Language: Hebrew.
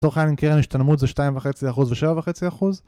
לצורך העניין עם קרן השתלמות זה 2.5% ו-7.5%